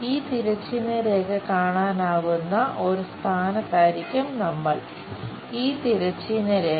ഈ തിരശ്ചീന രേഖ കാണാനാകുന്ന ഒരു സ്ഥാനത്തായിരിക്കും നമ്മൾ ഈ തിരശ്ചീന രേഖ